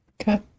Okay